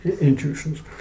intuitions